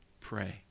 pray